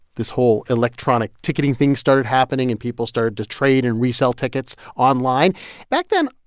this whole electronic ticketing thing started happening and people started to trade and resell tickets online back then,